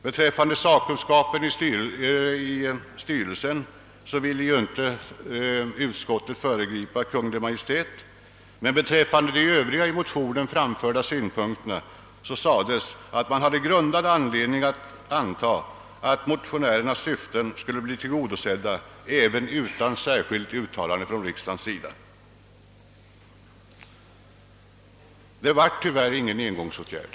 Beträffande sakkunskapen i styrelsen ville utskottet inte föregripa Kungl. Maj:t, men beträffande de övriga i motionen framförda synpunkterna sades att man hade grundad anledning anta att motionärernas syften skulle bli tillgodosedda även utan särskilt uttalande från riksdagens sida. Det blev tyvärr ingen engångsåtgärd.